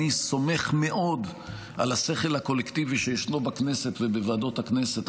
אני סומך מאוד על השכל הקולקטיבי שישנו בכנסת ובוועדות הכנסת.